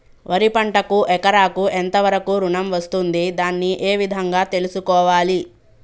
వరి పంటకు ఎకరాకు ఎంత వరకు ఋణం వస్తుంది దాన్ని ఏ విధంగా తెలుసుకోవాలి?